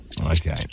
Okay